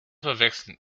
verwechseln